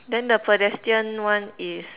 then the pedestrian one is